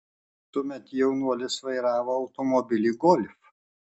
tuomet jaunuolis vairavo automobilį golf